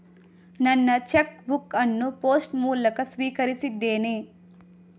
ನನ್ನ cheque book ಅನ್ನು post ಮೂಲಕ ಸ್ವೀಕರಿಸಿದ್ದೇನೆ